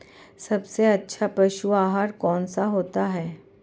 सबसे अच्छा पशु आहार कौन सा होता है?